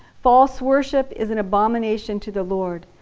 false worship is an abomination to the lord.